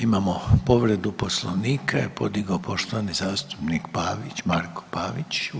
Imamo povredu Poslovnika je podigao poštovani zastupnik Pavić, marko Pavić.